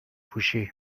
پوشی